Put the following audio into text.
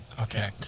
Okay